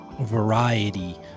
variety